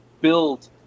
build